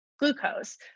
glucose